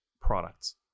products